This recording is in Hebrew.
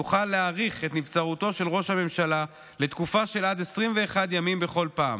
תוכל להאריך את נבצרותו של ראש הממשלה לתקופה של עד 21 ימים בכל פעם,